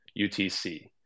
UTC